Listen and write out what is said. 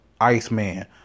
Iceman